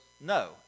no